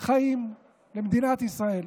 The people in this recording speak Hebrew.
חיים למדינת ישראל.